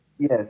Yes